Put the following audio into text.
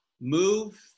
move